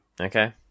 Okay